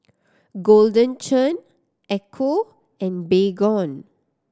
Golden Churn Ecco and Baygon